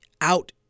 out